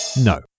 No